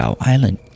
Island